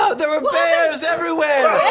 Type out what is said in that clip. ah there are bears everywhere!